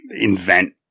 invent